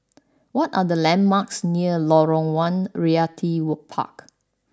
what are the landmarks near Lorong one Realty would Park